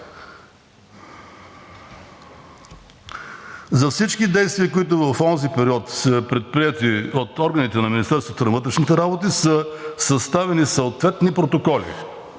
За всички действия, които в онзи период са предприети от органите на Министерството на вътрешните работи, са съставени съответни протоколи